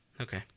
Okay